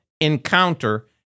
encounter